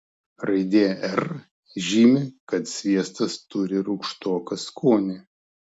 raidė r žymi kad sviestas turi rūgštoką skonį